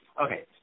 okay